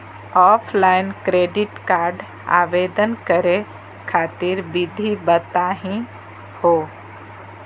Offline credit card आवेदन करे खातिर विधि बताही हो?